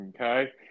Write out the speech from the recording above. Okay